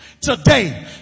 Today